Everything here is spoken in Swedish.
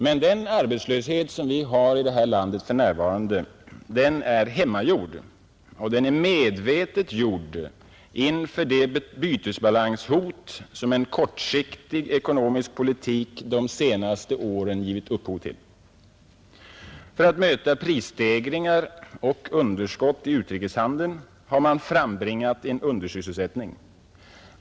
Men den arbetslöshet som vi har i det här landet för närvarande är hemmagjord och den är medvetet gjord inför det bytesbalanshot som en kortsiktig ekonomisk politik de senaste åren givit upphov till. För att möta prisstegringar och underskott i utrikeshandeln har man frambringat en undersysselsättning.